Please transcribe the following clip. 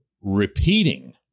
repeating